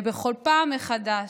ובכל פעם מחדש,